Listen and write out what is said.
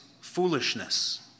foolishness